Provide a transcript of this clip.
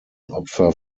opfer